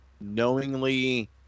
knowingly